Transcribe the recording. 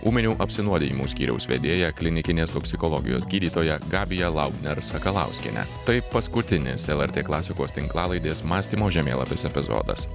ūminių apsinuodijimų skyriaus vedėja klinikinės toksikologijos gydytoja gabija laubner sakalauskiene tai paskutinis lrt klasikos tinklalaidės mąstymo žemėlapis epizodas